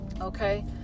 Okay